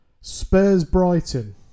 Spurs-Brighton